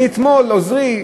אתמול עוזרי,